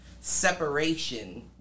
separation